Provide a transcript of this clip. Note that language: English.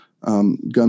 gun